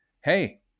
hey